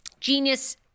Genius